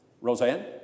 Roseanne